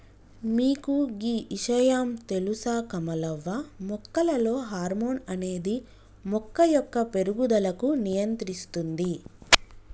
మీకు గీ ఇషయాం తెలుస కమలవ్వ మొక్కలలో హార్మోన్ అనేది మొక్క యొక్క పేరుగుదలకు నియంత్రిస్తుంది